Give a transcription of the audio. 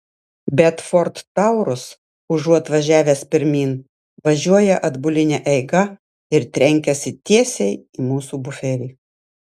bet ford taurus užuot važiavęs pirmyn važiuoja atbuline eiga ir trenkiasi tiesiai į mūsų buferį